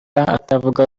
atavuga